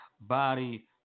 body